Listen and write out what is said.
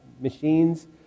machines